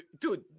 dude